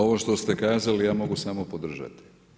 Ovo što ste kazali, ja mogu samo podržati.